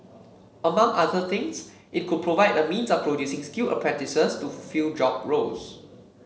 among other things it could provide a means of producing skilled apprentices to fulfil job roles